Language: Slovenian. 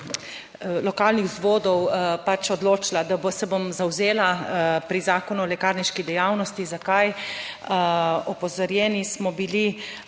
lokalnih vzvodov pač odločila, da se bom zavzela pri Zakonu o lekarniški dejavnosti. Zakaj? Opozorjeni smo bili,